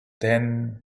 then